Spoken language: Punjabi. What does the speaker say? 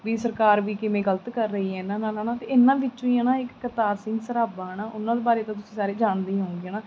ਵੀ ਸਰਕਾਰ ਵੀ ਕਿਵੇਂ ਗਲਤ ਕਰ ਰਹੀ ਹੈ ਇਹਨਾਂ ਨਾਲ ਹੈ ਨਾ ਅਤੇ ਇਹਨਾਂ ਵਿੱਚੋਂ ਹੀ ਆ ਨਾ ਇੱਕ ਕਰਤਾਰ ਸਿੰਘ ਸਰਾਭਾ ਹੈ ਨਾ ਉਹਨਾਂ ਬਾਰੇ ਤਾਂ ਤੁਸੀਂ ਸਾਰੇ ਜਾਣਦੇ ਹੀ ਹੋਵੋਗੇ ਨਾ